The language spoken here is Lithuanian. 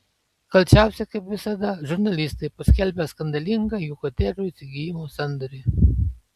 kalčiausi kaip visada žurnalistai paskelbę skandalingą jų kotedžų įsigijimo sandorį